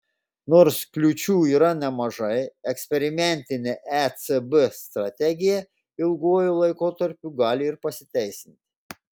nors kliūčių yra nemažai eksperimentinė ecb strategija ilguoju laikotarpiu gali ir pasiteisinti